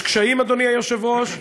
יש קשיים, אדוני היושב-ראש?